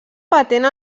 patent